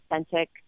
authentic